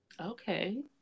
Okay